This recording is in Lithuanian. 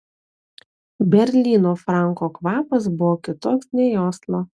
berlyno franko kvapas buvo kitoks nei oslo